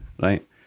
right